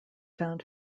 found